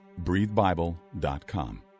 breathebible.com